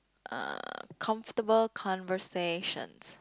uh comfortable conversation